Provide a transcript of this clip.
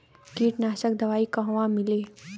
कीटनाशक दवाई कहवा मिली?